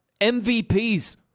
MVPs